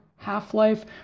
half-life